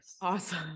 Awesome